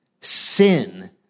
sin